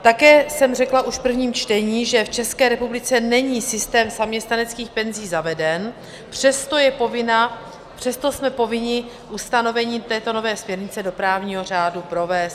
Také jsem řekla už v prvním čtení, že v České republice není systém zaměstnaneckých penzí zaveden, přesto jsme povinni ustanovení této nové směrnice do právního řádu provést.